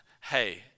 hey